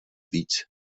víc